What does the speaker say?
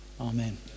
Amen